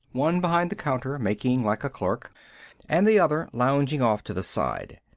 one behind the counter making like a clerk and the other lounging off to the side.